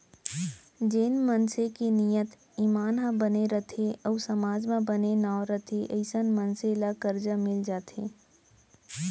जेन मनसे के नियत, ईमान ह बने रथे अउ समाज म बने नांव रथे अइसन मनसे ल करजा मिल जाथे